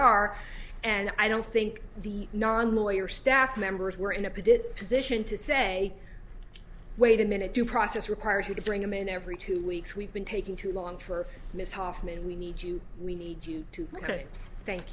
are and i don't think the non lawyer staff members were in a padded position to say wait a minute due process requires you to bring him in every two weeks we've been taking too long for miss hoffman we need you we need you to ok thank